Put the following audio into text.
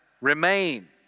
Remain